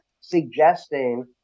suggesting